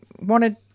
wanted